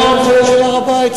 אלה ההנחיות של הר-הבית,